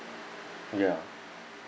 ya